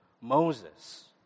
Moses